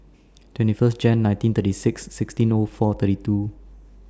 twenty First Jan nineteen thirty six sixteen O four thirty two